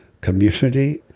community